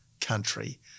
country